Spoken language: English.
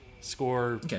score